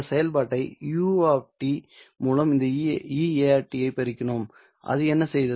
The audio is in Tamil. இந்த செயல்பாட்டை u மூலம் இந்த e at ஐ பெருக்கினோம் அது என்ன செய்தது